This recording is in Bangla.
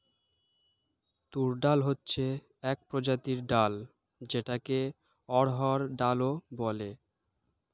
তুর ডাল হচ্ছে এক প্রজাতির ডাল যেটাকে অড়হর ডাল ও বলে